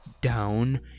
down